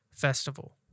Festival